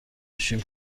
میشیم